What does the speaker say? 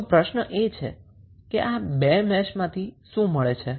તો પ્રશ્ન એ છે કે આ બે મેશમાંથી શું મળે છે